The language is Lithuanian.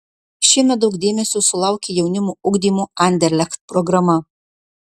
šiemet daug dėmesio sulaukė jaunimo ugdymo anderlecht programa